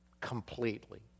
completely